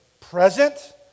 present